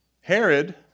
Herod